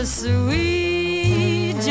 sweet